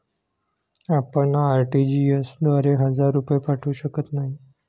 आपण आर.टी.जी.एस द्वारे हजार रुपये पाठवू शकत नाही